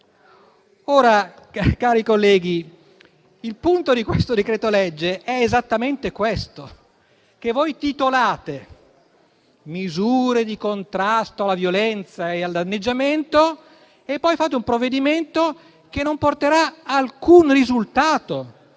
Ora, cari colleghi, il punto di questo decreto-legge è esattamente questo: voi titolate misure di contrasto alla violenza e al danneggiamento e poi fate un provvedimento che non porterà alcun risultato